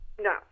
No